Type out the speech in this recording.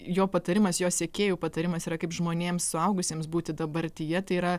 jo patarimas jo sekėjų patarimas yra kaip žmonėms suaugusiems būti dabartyje tai yra